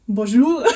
Bonjour